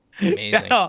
Amazing